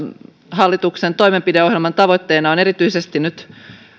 hallituksen toimenpideohjelman tavoitteena on erityisesti nyt